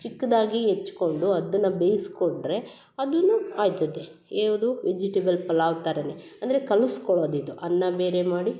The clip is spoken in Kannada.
ಚಿಕ್ಕದಾಗಿ ಹೆಚ್ಕೊಂಡು ಅದನ್ನ ಬೇಯಿಸ್ಕೊಂಡರೆ ಆಗುತೆ ಯಾವುದು ವೆಜಿಟೇಬಲ್ ಪಲಾವ್ ಥರ ಅಂದರೆ ಕಲಿಸ್ಕೊಳೋದು ಇದು ಅನ್ನ ಬೇರೆ ಮಾಡಿ